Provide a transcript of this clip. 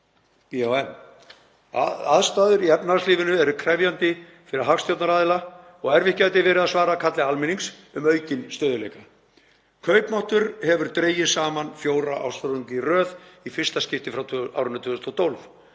BHM. Aðstæður í efnahagslífinu eru afar krefjandi fyrir hagstjórnaraðila og erfitt gæti verið að svara ákalli almennings um aukinn stöðugleika. Kaupmáttur hefur dregist saman fjóra ársfjórðunga í röð í fyrsta skipti frá 2012